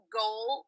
goal